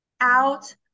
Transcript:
out